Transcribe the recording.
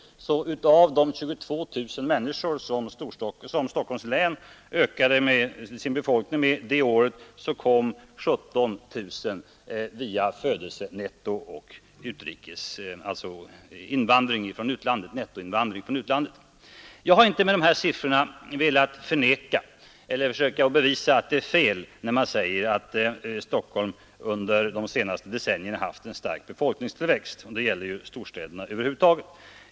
Av de 22 000 människor som Stockholms län ökade sin befolkning med detta år kom 17 000 via födelsenetto och invandring från utlandet Jag har inte nämnt dessa siffror för att bevisa att det är fel att säga att Stockholm under de senaste decennierna haft en stark befolkningstillväxt. Det gäller ju storstäderna över huvud taget.